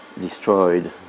destroyed